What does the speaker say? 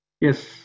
Yes